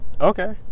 Okay